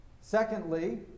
Secondly